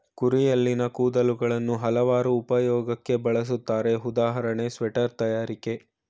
ಕುರಿಯಲ್ಲಿನ ಕೂದಲುಗಳನ್ನು ಹಲವಾರು ಉಪಯೋಗಕ್ಕೆ ಬಳುಸ್ತರೆ ಉದಾಹರಣೆ ಸ್ವೆಟರ್ ತಯಾರಿಕೆ